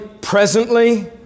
presently